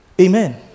Amen